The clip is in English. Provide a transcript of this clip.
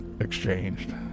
exchanged